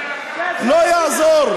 לא יעזור.